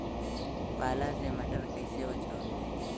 पाला से मटर कईसे बचावल जाई?